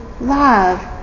love